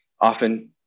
often